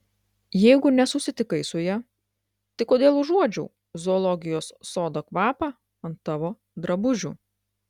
jeigu nesusitikai su ja tai kodėl užuodžiau zoologijos sodo kvapą ant tavo drabužių